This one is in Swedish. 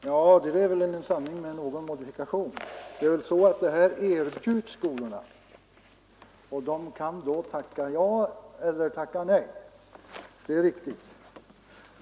Herr talman! Ja, det där är väl en sanning med någon modifikation. Detta erbjuds väl skolorna och de kan då tacka ja eller nej. Det är riktigt.